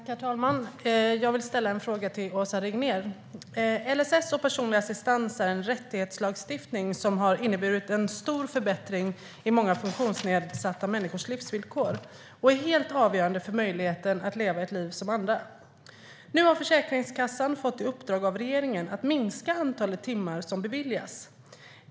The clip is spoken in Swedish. Herr talman! Jag vill ställa en fråga till Åsa Regnér. LSS och personlig assistens är en rättighetslagstiftning som har inneburit en stor förbättring i många funktionsnedsatta människors livsvillkor och är helt avgörande för möjligheten att leva ett liv som andra. Nu har Försäkringskassan fått i uppdrag av regeringen att minska antalet timmar som beviljas.